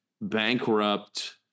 bankrupt